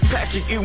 Patrick